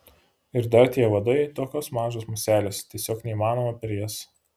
ir dar tie uodai tokios mažos muselės tiesiog neįmanoma per jas